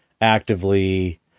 actively